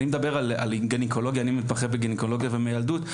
אני מתמחה בגניקולוגיה ובמיילדות.